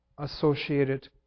associated